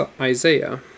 Isaiah